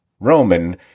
Roman